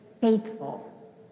faithful